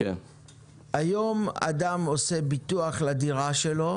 היום אדם עושה ביטוח לדירה שלו,